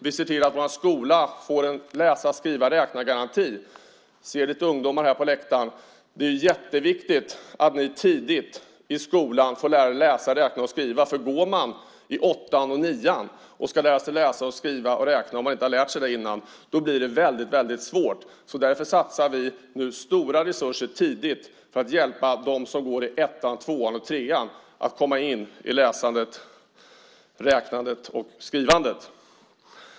Vi ser till att vår skola får en läsa-, skriva och räknagaranti. Jag ser några ungdomar på läktaren. Det är jätteviktigt att ni tidigt i skolan får lära er läsa, räkna och skriva. Går man i åttan eller nian och ska lära sig läsa, skriva och räkna, om man inte har lärt sig det innan, blir det väldigt svårt. Därför satsar vi nu stora resurser tidigt för att hjälpa dem som går i ettan, tvåan och trean att komma in i läsandet, räknandet och skrivandet.